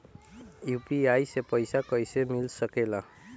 UPI से पइसा कईसे मिल सके ला?